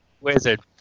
wizard